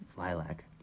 Lilac